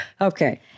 Okay